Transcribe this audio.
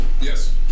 Yes